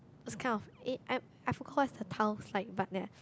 this kind of eh I I forgot what's the tiles like but ya